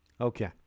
Okay